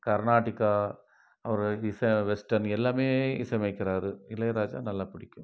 கர்நாட்டிகா அவர் இசை வெஸ்டன் எல்லாமே இசை அமைக்கிறார் இளையராஜா நல்லா பிடிக்கும்